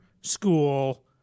school